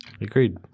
Agreed